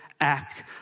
act